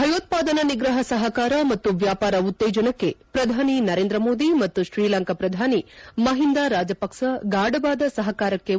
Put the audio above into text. ಭಯೋತ್ಪದನಾ ನಿಗ್ರಹ ಸಹಕಾರ ಮತ್ತು ವ್ಯಾಪಾರ ಉತ್ತೇಜನಕ್ಕೆ ಪ್ರಧಾನಿ ನರೇಂದ್ರ ಮೋದಿ ಮತ್ತು ಶ್ರೀಲಂಕಾ ಪ್ರಧಾನಿ ಮಹಿಂದಾ ರಾಜಪಕ್ಷ ಗಾಢವಾದ ಸಹಕಾರಕ್ಕೆ ಒಪ್ಪಿಗೆ